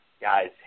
guys